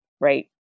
Right